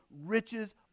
riches